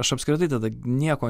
aš apskritai tada nieko